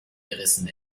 gerissen